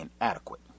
inadequate